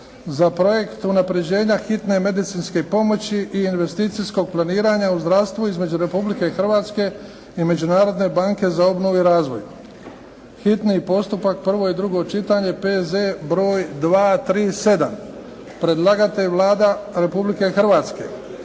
za projekt unapređenja hitne medicinske pomoći i investicijskog planiranja u zdravstvu između Republike Hrvatske i Međunarodne banke za obnovu i razvoj, hitni postupak, prvo i drugo čitanje, P.Z. br. 237 Predlagatelj je Vlada Republike Hrvatske.